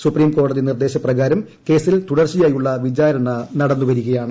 സുപ്രീംകോടതി നിർദ്ദേശ പ്രകാരം കേസിൽ തുടർച്ചയായുള്ള വിചാരണ നടന്നുവരികയാണ്